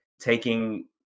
taking